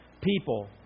people